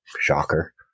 Shocker